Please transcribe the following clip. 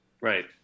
Right